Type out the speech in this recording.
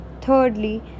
thirdly